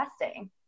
investing